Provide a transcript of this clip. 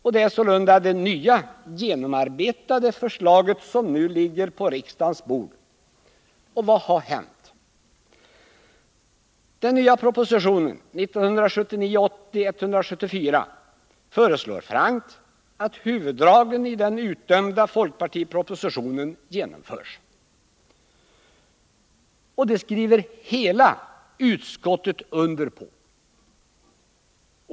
Det är sålunda det nya, genomarbetade förslaget som nu ligger på riksdagens bord. Och vad har hänt? Den nya propositionen 1979/80:174 föreslår frankt att huvuddragen i den utdömda folkpartipropositionen genomförs. Och det skriver hela utskottet under på.